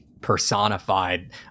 personified